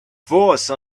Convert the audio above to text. force